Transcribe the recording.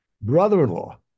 brother-in-law